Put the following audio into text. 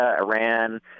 Iran